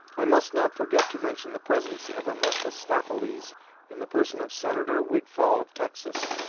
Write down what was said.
i must not forget to mention the presence of a mephistopheles in the person of senator wigfall of texas,